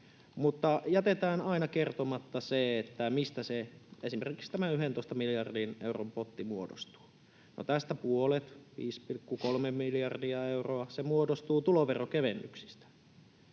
mutta jätetään aina kertomatta se, mistä esimerkiksi tämä 11 miljardin euron potti muodostuu. No, tästä puolet, 5,3 miljardia euroa, muodostuu tuloveron kevennyksistä,